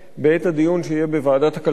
בעת הדיון שיהיה בוועדת הכלכלה.